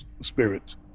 spirit